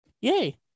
Yay